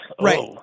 Right